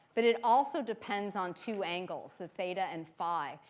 but it also depends on two angles, the theta and phi.